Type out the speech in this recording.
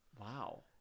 Wow